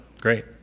great